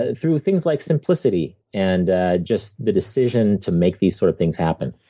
ah through things like simplicity and just the decision to make these sort of things happen.